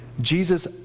Jesus